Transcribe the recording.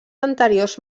anteriors